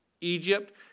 Egypt